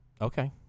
Okay